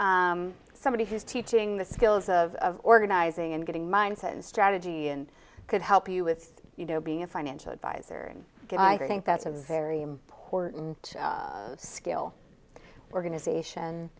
somebody who's teaching the skills of organizing and getting mindset and strategy and could help you with you know being a financial advisor and i think that's a very important skill organization